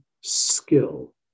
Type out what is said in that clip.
skill